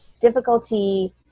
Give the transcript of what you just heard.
difficulty